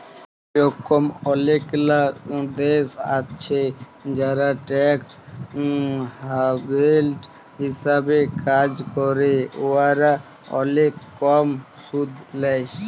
ইরকম অলেকলা দ্যাশ আছে যারা ট্যাক্স হ্যাভেল হিসাবে কাজ ক্যরে উয়ারা অলেক কম সুদ লেই